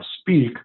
speak